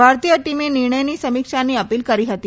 ભારતીય ટીમે નિર્ણયની સમીક્ષાની અપીલ કરી હતી